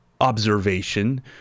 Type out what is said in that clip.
observation